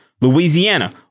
Louisiana